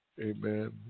Amen